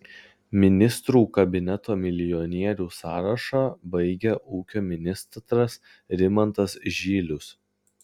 ministrų kabineto milijonierių sąrašą baigia ūkio ministras rimantas žylius